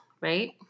right